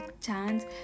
chance